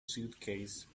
suitcase